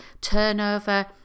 turnover